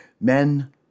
Men